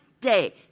day